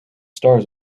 stars